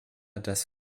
das